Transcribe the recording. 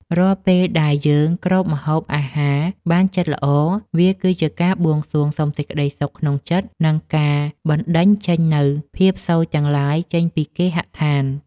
រាល់ពេលដែលយើងគ្របម្ហូបអាហារបានជិតល្អវាគឺជាការបួងសួងសុំសេចក្តីសុខក្នុងចិត្ត និងជាការបណ្តេញចេញនូវភាពស៊យទាំងឡាយចេញពីគេហដ្ឋាន។